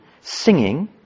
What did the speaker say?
singing